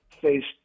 faced